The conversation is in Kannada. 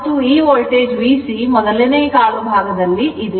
ಮತ್ತು ಈ ವೋಲ್ಟೇಜ್ VC ಮೊದಲನೇ ಕಾಲು ಭಾಗದಲ್ಲಿ ಇದೆ